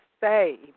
say